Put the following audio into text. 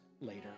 later